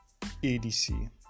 ADC